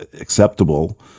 acceptable